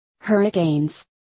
Hurricanes